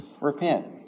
repent